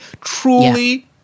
truly